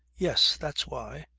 yes. that's why,